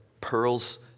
pearls